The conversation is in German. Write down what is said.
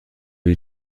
die